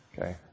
Okay